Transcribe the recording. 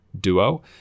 duo